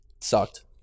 sucked